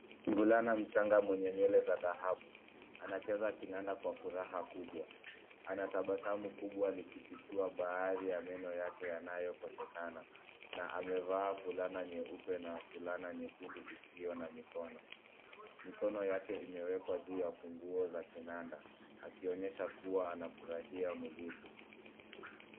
Mvulana mchanga mwenye nywele za dhahabu anacheza kinanda kwa furaha kubwa. Anatabasamu kubwa likifichua baadhi ya meno yake yanayokosekana, na amevaa fulana nyeupe na fulana nyekundu isiyo na mikono. Mikono yake imewekwa juu ya funguo za kinanda akionyesha kuwa anafurahia muziki.